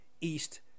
East